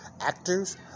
actors